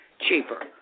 cheaper